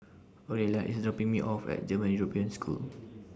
Orelia IS dropping Me off At German European School